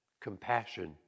compassion